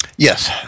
Yes